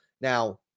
Now